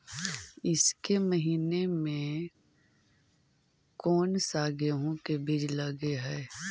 ईसके महीने मे कोन सा गेहूं के बीज लगे है?